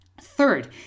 Third